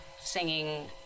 singing